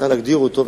צריך להגדיר אותו,